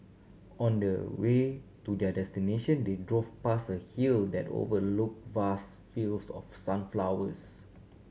on the way to their destination they drove past a hill that overlook vast fields of sunflowers